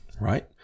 right